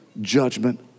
judgment